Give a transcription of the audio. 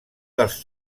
dels